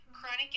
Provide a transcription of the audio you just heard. Chronic